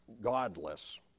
godless